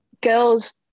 girls